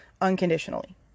unconditionally